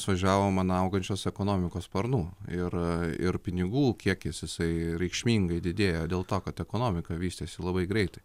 mes važiavome man augančios ekonomikos sparnų ir pinigų kiekis jisai reikšmingai didėjo dėl to kad ekonomika vystėsi labai greitai